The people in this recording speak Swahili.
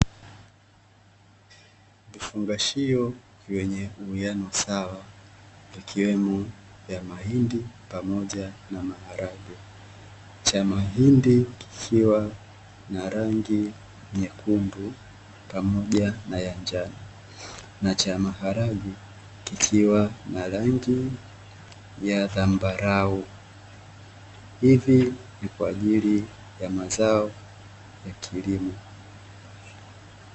Vifungashio vyenye uwiano sawa vikiwemo vya mahindi pamoja na maharage. Cha mahindi, kikiwa na rangi nyekundu pamoja na ya njano, na cha maharage kikiwa na rangi ya dhambarau. Hivi ni kwa ajili ya mazao ya kilimo.